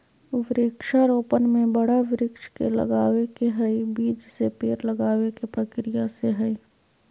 वृक्षा रोपण में बड़ा वृक्ष के लगावे के हई, बीज से पेड़ लगावे के प्रक्रिया से हई